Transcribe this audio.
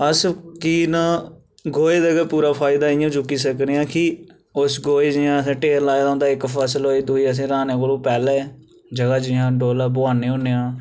अस की ना गोहे दा गै पूरा फायदा इ'यां चुक्की सकने आं कि उस गोहे गी जि'यां आसें ढेर लाए दा होंदा ऐ इक फसल होई दूई असें राने कोला पैह्लें जगह जि'यां डोला बुहाने उंदे शा